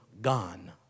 gone